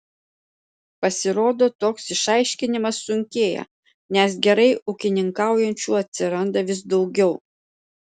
pasirodo toks išaiškinimas sunkėja nes gerai ūkininkaujančių atsiranda vis daugiau